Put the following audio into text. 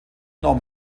norm